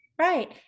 Right